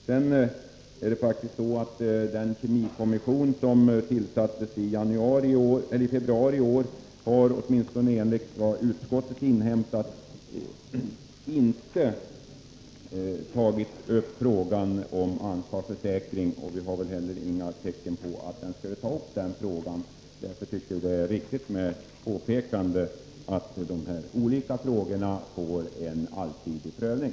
Sedan är det faktiskt så, att den kemikommission som tillsatts i februari i år inte, åtminstone enligt vad utskottet inhämtat, har tagit upp frågan om ansvarsförsäkring, och vi har väl heller inga tecken på att den skulle ta upp den frågan. Därför tycker vi att det är riktigt med påpekandet, att de här olika frågorna bör få en allsidig prövning.